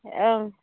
ओं